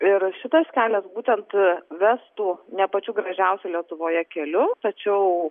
ir šitas kelias būtent vestų ne pačiu gražiausiu lietuvoje keliu tačiau